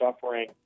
suffering